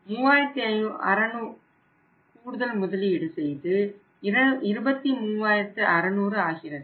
ஆனால் 3600 கூடுதல் முதலீடு செய்து 23600 ஆகிறது